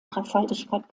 dreifaltigkeit